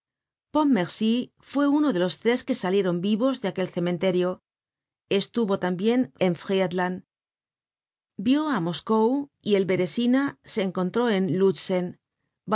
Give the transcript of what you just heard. enemigo pontmercy fue uno de los tres que salieron vivos de aquel cementerio estuvo tambien en friedland vió á moscow y el beresina se encontró en lulzen